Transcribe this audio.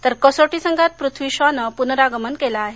तर कसोटी संघात पृथ्वी शॉ ने पुनरागमन केलं आहे